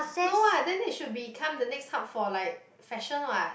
no what then they should become the next hub for like fashion what